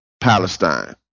Palestine